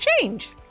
change